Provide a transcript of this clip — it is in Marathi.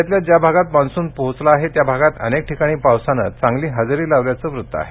राज्यातल्या ज्या भागात मान्सून पोहोचला आहे त्या भागात अनेक ठिकाणी पावसानं चांगली हजेरी लावल्याचं वृत्त आहे